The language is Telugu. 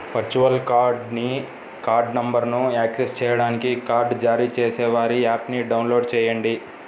వర్చువల్ కార్డ్ని కార్డ్ నంబర్ను యాక్సెస్ చేయడానికి కార్డ్ జారీ చేసేవారి యాప్ని డౌన్లోడ్ చేయండి